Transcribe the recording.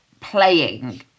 playing